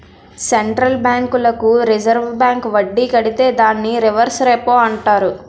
central బ్యాంకులకు reserve bank వడ్డీ కడితే దాన్ని రివర్స్ రెపో అంటారు